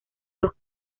los